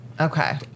Okay